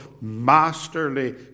masterly